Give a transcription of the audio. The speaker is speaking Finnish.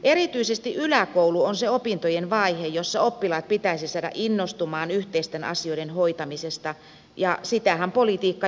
erityisesti yläkoulu on se opintojen vaihe jossa oppilaat pitäisi saada innostumaan yhteisten asioiden hoitamisesta ja sitähän politiikka juuri on